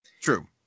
True